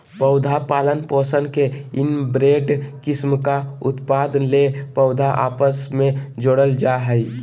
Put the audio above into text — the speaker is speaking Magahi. पौधा पालन पोषण में इनब्रेड किस्म का उत्पादन ले पौधा आपस मे जोड़ल जा हइ